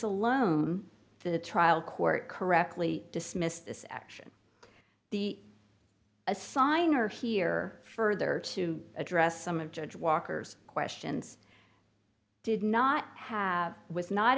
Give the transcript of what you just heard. alone the trial court correctly dismissed this action the assigner here further to address some of judge walker's questions did not have was not